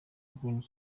green